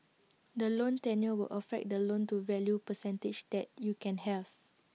the loan tenure will affect the loan to value percentage that you can have